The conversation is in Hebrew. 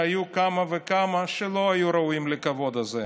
שהיו כמה וכמה שלא היו ראויים לכבוד הזה.